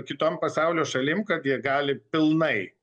kitom pasaulio šalim kad jie gali pilnai